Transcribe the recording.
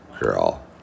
girl